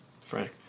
Frank